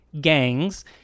gangs